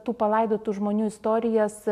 tų palaidotų žmonių istorijas